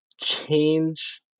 change